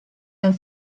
and